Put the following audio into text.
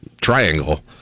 triangle